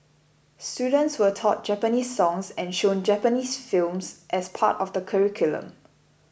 students were taught Japanese songs and shown Japanese films as part of the curriculum